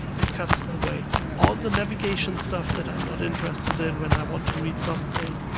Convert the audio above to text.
it cuts away all the navigation stuff that i'm not interested in when i want to read something,